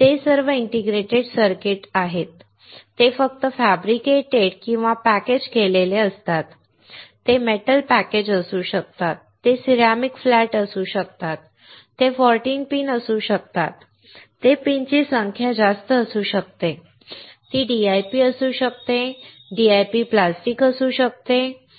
ते सर्व integrated circuits आहेत ते फक्त फॅब्रिकेटेड किंवा पॅकेज केलेले आहेत ते मेटल पॅकेज असू शकतात ते सिरेमिक फ्लॅट असू शकतात ते 14 पिन असू शकतात ते पिनची संख्या जास्त असू शकते ती DIP असू शकते DIP प्लास्टिक असू शकते बरोबर